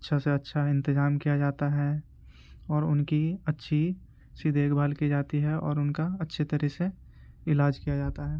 اچھا سے اچھا انتظام کیا جاتا ہے اور ان کی اچھی اچھی دیکھ بھال کی جاتی ہے اور ان کا اچھی طرح سے علاج کیا جاتا ہے